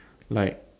like